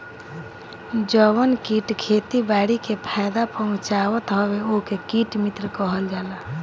जवन कीट खेती बारी के फायदा पहुँचावत हवे ओके कीट मित्र कहल जाला